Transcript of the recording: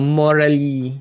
morally